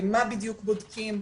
מה בדיוק בודקים,